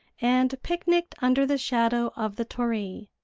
and picnicked under the shadow of the torii.